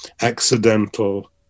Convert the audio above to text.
accidental